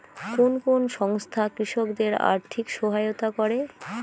কোন কোন সংস্থা কৃষকদের আর্থিক সহায়তা করে?